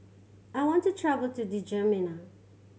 I want to travel to Djamena